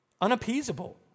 Unappeasable